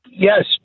Yes